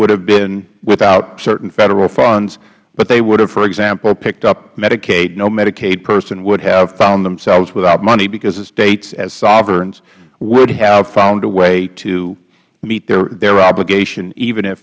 would have been without certain federal funds but they would have for example picked up medicaid no medicaid person would have found themselves without money because the states as sovereigns would have found a way to meet their obligation even